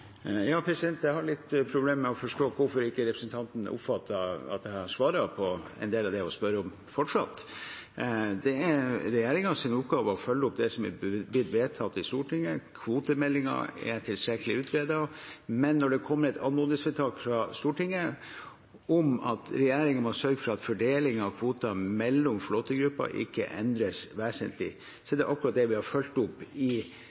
Jeg har litt problemer med å forstå hvorfor representanten fortsatt ikke oppfatter at jeg har svart på en del av det hun spør om. Det er regjeringens oppgave å følge opp det som er blitt vedtatt i Stortinget. Kvotemeldingen er tilstrekkelig utredet. Men da det kom et anmodningsvedtak fra Stortinget om at regjeringen må sørge for at fordelingen av kvoter mellom flåtegrupper ikke endres vesentlig, er det akkurat det vi har fulgt opp i